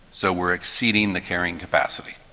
so we are exceeding the carrying capacity.